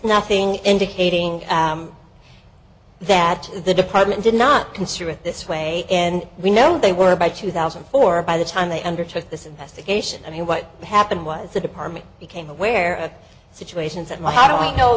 nothing indicating that the department did not consider it this way and we know they were by two thousand and four by the time they undertook this investigation i mean what happened was the department became aware of situations that m